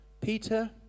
Peter